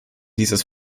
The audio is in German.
dieses